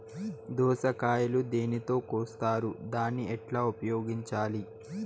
దోస కాయలు దేనితో కోస్తారు దాన్ని ఎట్లా ఉపయోగించాలి?